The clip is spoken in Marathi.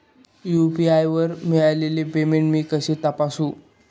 यू.पी.आय वर मिळालेले पेमेंट मी कसे तपासू?